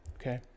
Okay